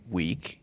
week